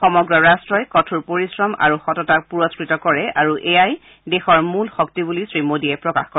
সমগ্ৰ ৰট্টই কঠোৰ পৰিশ্ৰম আৰু সততাক পুৰস্ত্বত কৰে আৰু এয়াই দেশৰ মূল শক্তি বুলিও শ্ৰীমোদীয়ে প্ৰকাশ কৰে